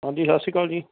ਹਾਂਜੀ ਸਤਿ ਸ਼੍ਰੀ ਅਕਾਲ ਜੀ